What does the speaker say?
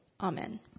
Amen